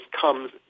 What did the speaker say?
comes